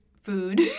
Food